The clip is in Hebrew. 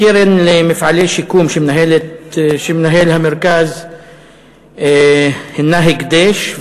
הקרן למפעלי שיקום שמנהל המרכז היא הקדש,